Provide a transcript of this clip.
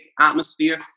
atmosphere